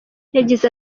yagize